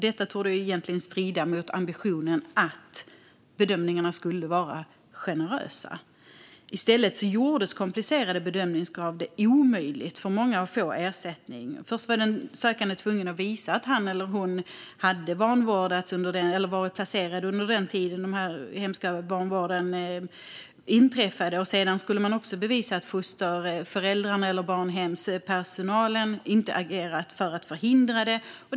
Detta torde egentligen strida mot ambitionen att bedömningarna skulle vara generösa. I stället gjorde komplicerade bedömningskrav det omöjligt för många att få ersättning. Först var den sökande tvungen att visa att han eller hon hade varit placerad under den tid då denna hemska vanvård inträffade. Sedan skulle man också bevisa att fosterföräldrarna eller barnhemspersonalen inte agerat för att förhindra detta.